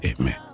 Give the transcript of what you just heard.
Amen